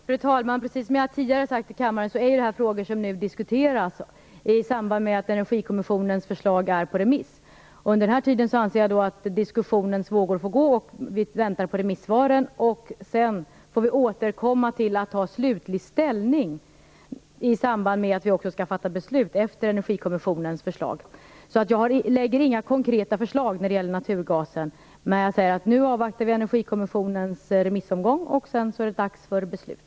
Fru talman! Precis som jag tidigare har sagt i kammaren, är det här frågor som nu diskuteras i samband med att Energikommissionens förslag är på remiss. Under den tiden anser jag att diskussionens vågor får gå, och vi väntar på remissvaren. Sedan får vi återkomma och ta slutlig ställning, i samband med att vi skall fatta beslut efter Energikommissionens förslag. Jag lägger inte fram några konkreta förslag när det gäller naturgasen. Jag säger att vi nu avvaktar remissomgången för Energikommissionens förslag, och sedan är det dags för beslut.